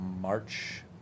March